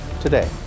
today